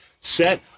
set